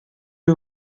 you